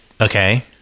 Okay